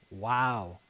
Wow